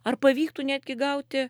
ar pavyktų netgi gauti